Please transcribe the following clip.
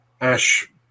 ash